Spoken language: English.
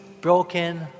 broken